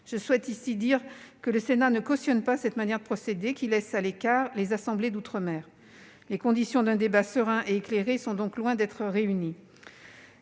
Je souhaite dire ici que le Sénat ne cautionne pas cette manière de procéder, qui laisse à l'écart les assemblées d'outre-mer. Les conditions d'un débat serein et éclairé sont donc loin d'être réunies.